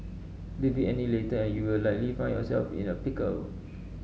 leave it any later and you will likely find yourself in a pickle